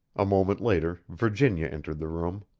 a moment later virginia entered the room.